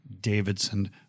Davidson